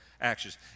actions